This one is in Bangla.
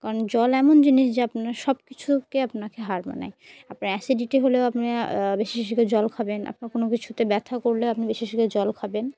কারণ জল এমন জিনিস যে আপনার সব কিছুকে আপনাকে হার মানায় আপনার অ্যাসিডিটি হলেও আপনি বেশিষকে জল খাবেন আপনার কোনো কিছুতে ব্যথা করলেও আপনি বেশি জল খাবেন